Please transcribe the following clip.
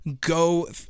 go